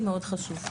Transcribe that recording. מכאן צריך לגזור.